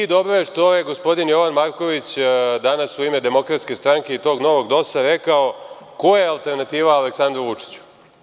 Dobro je što je gospodin Jovan Marković danas u ime DS i tog novog DOS-a rekao ko je alternativa Aleksandru Vučiću.